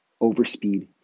overspeed